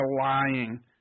lying